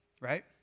right